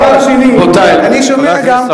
דבר שני, אני שומע, רבותי.